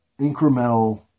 incremental